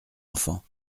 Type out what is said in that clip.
enfants